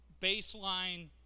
baseline